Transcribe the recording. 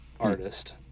artist